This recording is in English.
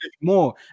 more